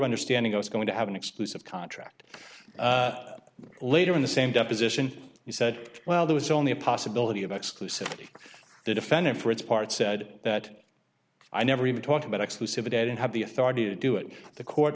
understanding i was going to have an exclusive contract later in the same deposition he said well there was only a possibility of exclusivity the defendant for its part said that i never even thought about exclusivity i didn't have the authority to do it the court